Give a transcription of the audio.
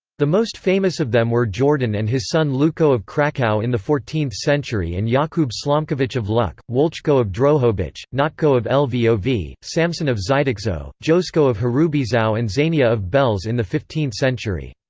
the most famous of them were jordan and his son lewko of krakow in the fourteenth century and jakub slomkowicz of luck, wolczko of drohobycz, natko of lvov, samson of zydaczow, josko of hrubieszow and szania of belz in the fifteenth century.